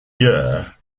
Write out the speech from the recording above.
year